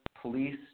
police